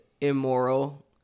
immoral